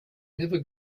never